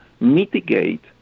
mitigate